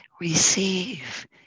receive